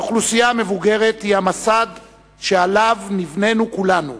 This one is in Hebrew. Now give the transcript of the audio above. האוכלוסייה המבוגרת היא המסד שעליו נבנינו כולנו.